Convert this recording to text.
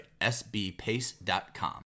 sbpace.com